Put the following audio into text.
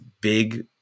big